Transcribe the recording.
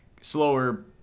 slower